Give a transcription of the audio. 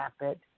rapid